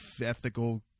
ethical